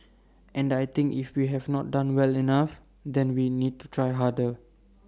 and I think if we have not done well enough then we need to try harder